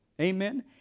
Amen